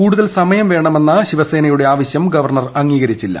കൂടുതൽ സമയം വേണമെന്ന ശിവസേനയുടെ ആവശ്യം ഗവർണർ അംഗീകരിച്ചില്ല